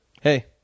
hey